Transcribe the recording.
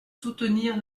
soutenir